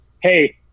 Hey